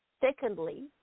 Secondly